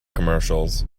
commercials